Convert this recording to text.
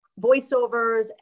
voiceovers